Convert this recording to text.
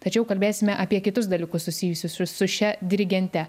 tačiau kalbėsime apie kitus dalykus susijusius su šia dirigente